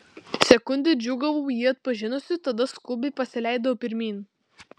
sekundę džiūgavau jį atpažinusi tada skubiai pasileidau pirmyn